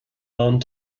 learned